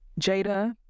Jada